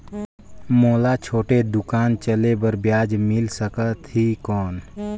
मोला छोटे दुकान चले बर ब्याज मिल सकत ही कौन?